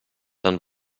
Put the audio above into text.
dann